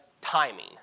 timing